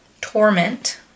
Torment